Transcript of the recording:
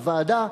הוועדה,